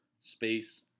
space